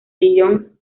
dillon